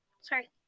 Sorry